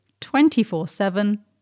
24-7